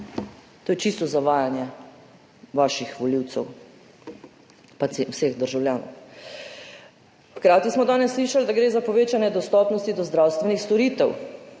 To je čisto zavajanje vaših volivcev pa vseh državljanov. Hkrati smo danes slišali, da gre za povečanje dostopnosti zdravstvenih storitev.